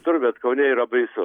kitur bet kaune yra baisu